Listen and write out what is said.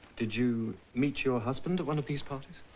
did you meet your husband at one of these parties?